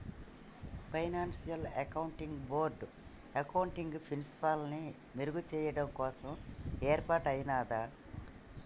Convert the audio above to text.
financial accounting board accounting ప్రిన్సిపల్స్ని మెరుగుచెయ్యడం కోసం యేర్పాటయ్యినాది